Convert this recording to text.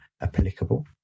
applicable